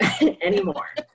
anymore